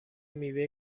میوه